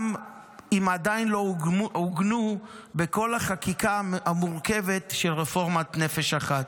גם אם עדיין לא עוגנו בכל החקיקה המורכבת של רפורמת נפש אחת.